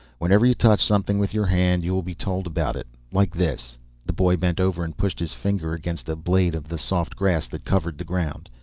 whenever you touch something with your hand, you will be told about it. like this the boy bent over and pushed his finger against a blade of the soft grass that covered the ground.